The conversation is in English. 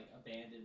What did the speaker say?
abandoned